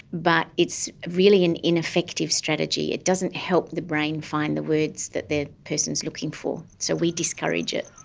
but it's really an ineffective strategy, it doesn't help the brain find the words that the person is looking for, so we discourage it.